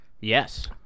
Yes